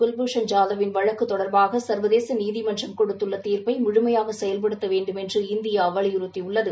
குவ்பூஷன் ஜாதவ்வின் வழக்கு தொடர்பாக சர்வதேச நீதிமன்றம் கொடுத்துள்ள தீர்ப்பை முழுமையாக செயல்படுத்த வேண்டுமென்ற இந்தியா வலியுறுத்தி உள்ளது